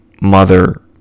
Mother